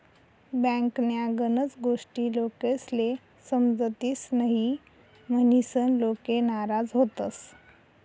बँकन्या गनच गोष्टी लोकेस्ले समजतीस न्हयी, म्हनीसन लोके नाराज व्हतंस